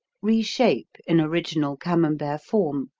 reshape in original camembert form,